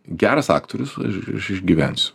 geras aktorius aš išgyvensiu